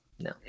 No